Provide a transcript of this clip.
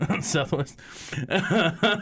Southwest